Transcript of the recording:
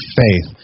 faith